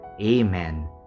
Amen